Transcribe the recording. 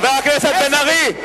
רוצחים, חבר הכנסת בן-ארי.